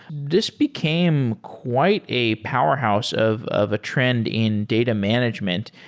this became quite a powerhouse of of a trend in data management,